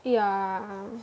yeah